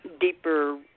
deeper